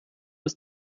ist